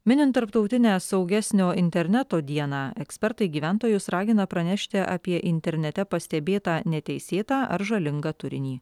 minint tarptautinę saugesnio interneto dieną ekspertai gyventojus ragina pranešti apie internete pastebėtą neteisėtą ar žalingą turinį